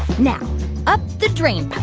now up the drain pipe.